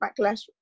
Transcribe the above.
backlash